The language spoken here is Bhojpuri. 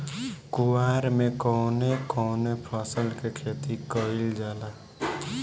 कुवार में कवने कवने फसल के खेती कयिल जाला?